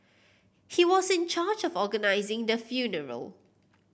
he was in charge of organising the funeral